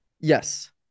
Yes